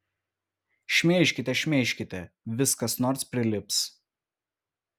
šmeižkite šmeižkite vis kas nors prilips